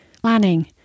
planning